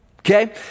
Okay